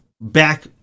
back